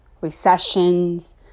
recessions